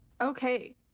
Okay